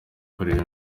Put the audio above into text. kureba